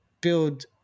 build